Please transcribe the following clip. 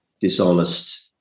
dishonest